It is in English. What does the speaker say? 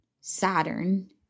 Saturn